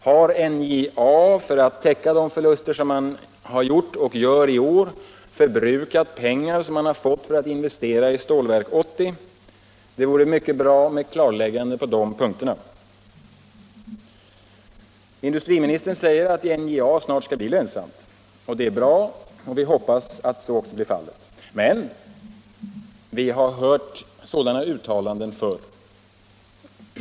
Har NJA för att täcka de förluster som har gjorts och som görs i år förbrukat pengar som man har fått för att investera i Stålverk 80? Det vore mycket bra med klarlägganden på de punkterna. Industriministern säger att NJA snart skall bli lönsamt. Det är bra, och vi hoppas att så också blir fallet. Men vi har hört sådana uttalanden förr.